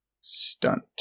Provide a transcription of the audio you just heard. Stunt